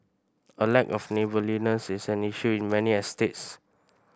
a lack of neighbourliness is an issue in many estates